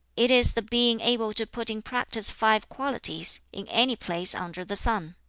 it is the being able to put in practice five qualities, in any place under the sun.